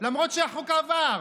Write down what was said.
למרות שהחוק עבר,